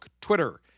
Twitter